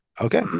Okay